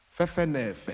Fefe